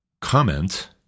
comment